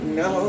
no